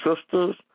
sisters